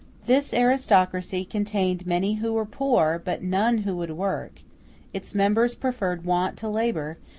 this aristocracy contained many who were poor, but none who would work its members preferred want to labor,